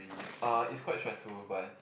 uh it's quite stressful but